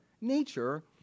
nature